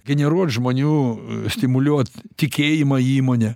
generuot žmonių stimuliuot tikėjimą įmone